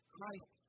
Christ